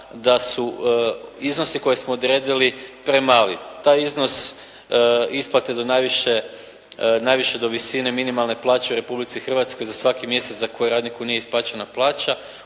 da su iznosi koje smo odredili premali. Taj iznos isplate do najviše do visine minimalne plaće u Republici Hrvatskoj za svaki mjesec za koji radniku nije isplaćena plaća